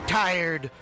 tired